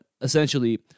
essentially